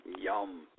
Yum